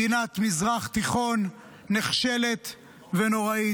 מדינת מזרח תיכון נחשלת ונוראית,